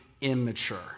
immature